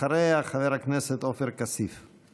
אחריה, חבר הכנסת עופר כסיף.